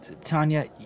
Tanya